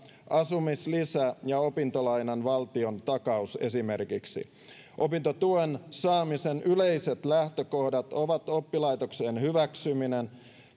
asumislisä ja opintolainan valtiontakaus esimerkiksi opintotuen saamisen yleiset lähtökohdat ovat oppilaitokseen hyväksyminen